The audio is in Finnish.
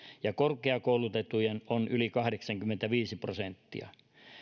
ja korkeakoulutettujen yli kahdeksankymmentäviisi prosenttia